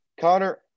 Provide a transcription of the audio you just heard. Connor